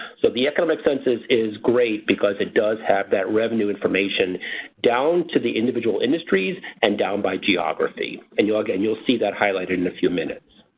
so the economic census is great because it does have that revenue information down to the individual industries and down by geography. and again you'll see that highlighted in a few minutes.